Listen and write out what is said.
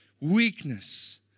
Weakness